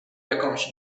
jakąś